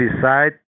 decide